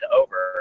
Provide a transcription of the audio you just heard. over